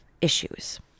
issues